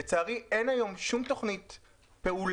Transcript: לצערי אין היום שום תוכנית פעולה,